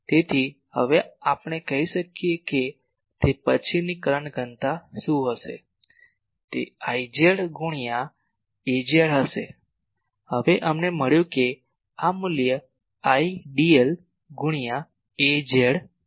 તેથી હવે આપણે કહી શકીએ કે તે પછીની કરંટ ઘનતા શું હશે તે Jz ગુણ્યા az હશે અને અમને મળ્યું કે આ મૂલ્ય Idl ગુણ્યા az છે